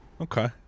Okay